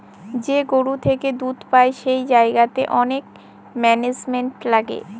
যে গরু থেকে দুধ পাই সেই জায়গাতে অনেক ম্যানেজমেন্ট লাগে